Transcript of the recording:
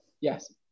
Yes